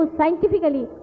scientifically